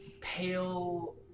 Pale